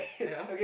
yeah